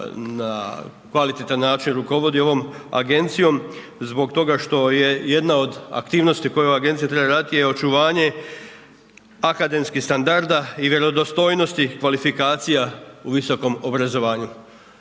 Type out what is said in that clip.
na kvalitetan način rukovodi ovom agencijom zbog toga što je jedna od aktivnosti koju agencija treba raditi je očuvanje akademskih standarda i vjerodostojnosti kvalifikacija u visokom obrazovanju.